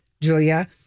Julia